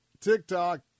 TikTok